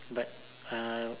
but uh